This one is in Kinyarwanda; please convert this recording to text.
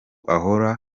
ahora